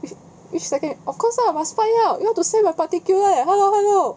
whi~ which second of course lah must find out you want to see my particular hello hello